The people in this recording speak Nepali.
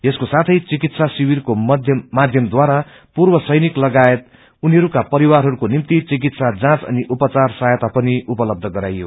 यसको साथै चिकित्सा शिविरको माध्यमद्वारा पूर्व सैनिक लगायत उनीहरूका परिवारहरूको निम्ति चिकित्सा जाँच अनि उपचार साहायाता पनि उनलग्ध गराईयो